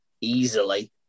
easily